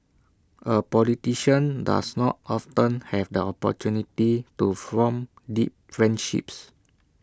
A politician does not often have the opportunity to form deep friendships